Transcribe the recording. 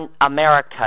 America